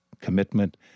commitment